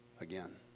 again